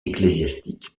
ecclésiastique